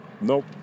nope